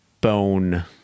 bone